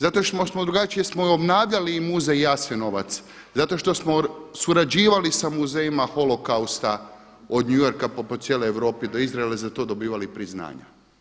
Zato što smo drugačiji smo obnavljali Muzej Jasenovac, zato što smo surađivali s muzejima holokausta od New Yorka pa po cijeloj Europi do Izraela i za to dobivali priznanja.